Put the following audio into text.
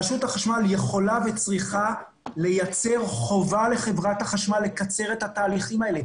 רשות החשמל יכולה וצריכה לייצר חובה לחברת החשמל לקצר את התהליכים האלה.